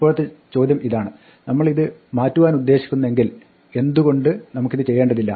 ഇപ്പോഴത്തെ ചോദ്യം ഇതാണ് നമ്മൾ ഇത് മാറ്റുവാനുദ്ദേശിക്കുന്നെങ്കിൽ എന്ത് കൊണ്ട് നമുക്കിത് ചെയ്യേണ്ടതില്ല